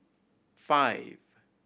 five